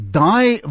die